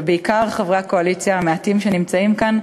ובעיקר חברי הקואליציה המעטים שנמצאים כאן,